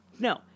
No